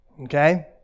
Okay